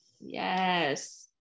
Yes